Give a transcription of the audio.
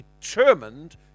determined